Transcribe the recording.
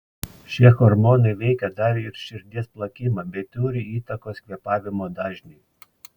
šie hormonai veikia dar ir širdies plakimą bei turi įtakos kvėpavimo dažniui